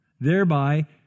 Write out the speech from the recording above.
thereby